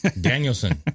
danielson